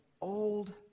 old